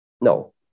No